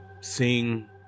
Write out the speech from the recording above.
seeing